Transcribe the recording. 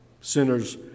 sinners